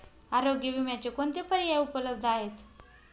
आरोग्य विम्याचे कोणते पर्याय उपलब्ध आहेत?